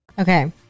Okay